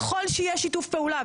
ככל שיהיה שיתוף פעולה,